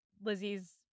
Lizzie's